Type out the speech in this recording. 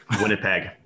Winnipeg